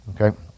okay